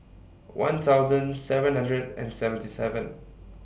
one thousand seven hundred and seventy seven